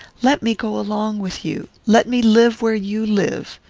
let me go along with you. let me live where you live.